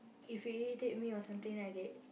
if you irritate me or something then I get